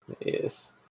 Yes